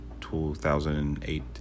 2008